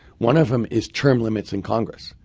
one of them is term limits in congress,